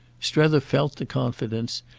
strether felt the confidence,